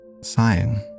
Sighing